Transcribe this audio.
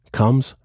comes